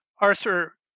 Arthur